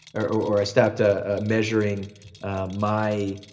or or i stopped ah measuring my,